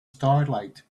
starlight